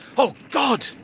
oh, god,